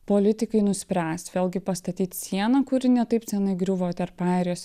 politikai nuspręs vėlgi pastatyti sieną kuri ne taip senai griuvo tarp airijos